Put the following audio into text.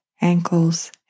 ankles